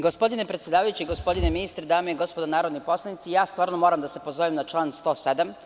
Gospodine predsedavajući, gospodine ministre, dame i gospodo narodni poslanici, stvarno moram da se pozovem na član 107.